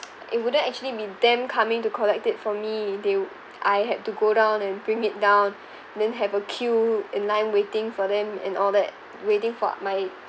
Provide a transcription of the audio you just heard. it wouldn't actually mean them coming to collect it from me they I had to go down and bring it down then have a queue in line waiting for them and all that waiting for my